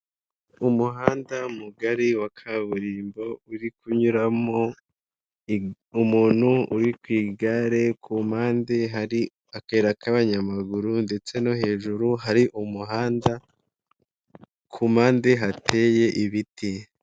Umuhanda mugari wa kaburimbo uri kunyuramo umuntu uri ku igare, ku mpande hari akayira k'abanyamaguru ndetse no hejuru hari umuhanda ku mpande hateye ibiti.